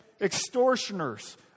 extortioners